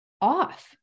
off